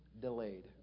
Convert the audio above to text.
delayed